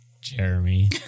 Jeremy